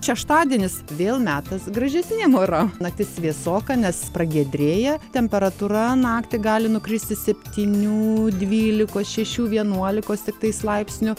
šeštadienis vėl metas gražesniem oram naktis vėsoka nes pragiedrėja tempera pora naktį gali nukristi septynių dvylikos šešių vienuolikos tiktais laipsnių